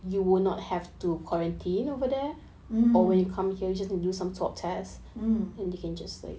mmhmm mmhmm